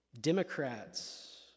Democrats